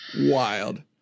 Wild